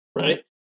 right